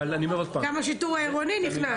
גם השיטור העירוני נכנס.